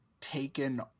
taken